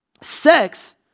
Sex